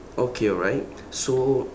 okay alright so